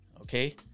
Okay